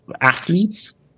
athletes